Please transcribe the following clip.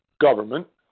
government